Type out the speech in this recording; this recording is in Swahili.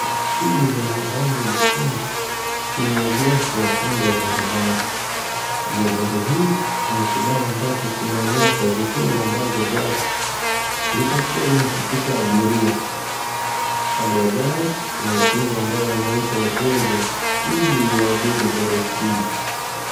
Gari hili lenye rangi nyekundu kimeegeshwa kando ya barabara. Juu ya gari hii kuna kibao ambacho kinaonyesha vituo ambazo gari litakuwa linashukisha abiria. Kando ya gari kuna utingo ambaye anaita wateja ili waabiri gari hii.